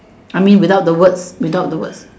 I mean without the words without the word